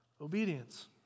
obedience